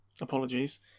Apologies